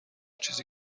چیزی